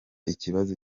ikibazo